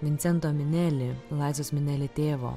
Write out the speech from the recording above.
vincento mineli laizos mineli tėvo